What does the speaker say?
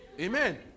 Amen